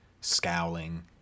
scowling